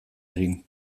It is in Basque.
egin